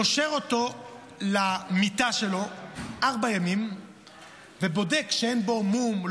קושר אותו למיטה שלו ארבעה ימים ובודק שאין בו מום,